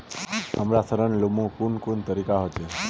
हमरा ऋण लुमू कुन कुन तरीका होचे?